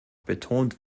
betont